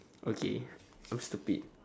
okay I'm stupid